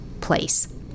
place